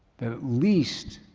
that at least,